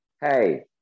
Hey